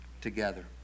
together